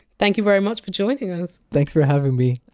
thank you very much for joining us. thanks for having me.